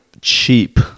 cheap